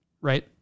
right